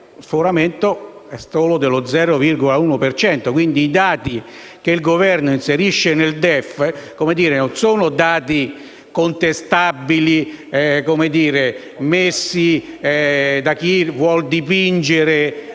sforamento è solo dello 0,1 per cento. Quindi, i dati che il Governo inserisce nel DEF non sono contestabili, messi da chi vuole dipingere